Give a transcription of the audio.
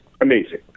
amazing